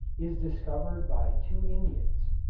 is discovered by two indians